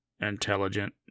intelligent